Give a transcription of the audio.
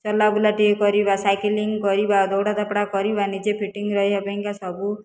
ଚଲାବୁଲା ଟିକିଏ କରିବା ସାଇକେଲିଙ୍ଗ କରିବା ଦୌଡ଼ା ଧାପଡ଼ା କରିବା ନିଜେ ଫିଟିଙ୍ଗ ରହିବା ପାଇଁକା ସବୁ